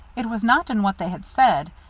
it was not in what they had said,